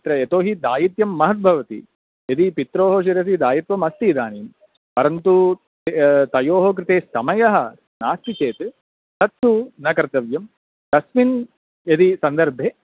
तत्र यतोहि दायित्वं महद्भवति यदि पितुः शिरसि दायित्वम् अस्ति इदानीं परन्तु तयोः कृते समयः नास्ति चेत् तत्तु न कर्तव्यं तस्मिन् यदि सन्दर्भे